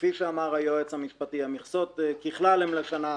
כפי שאמרה היועץ המשפטי, המכסות ככלל הן לשנה אחת.